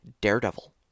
Daredevil